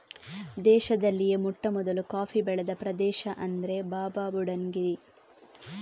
ದೇಶದಲ್ಲಿಯೇ ಮೊಟ್ಟಮೊದಲು ಕಾಫಿ ಬೆಳೆದ ಪ್ರದೇಶ ಅಂದ್ರೆ ಬಾಬಾಬುಡನ್ ಗಿರಿ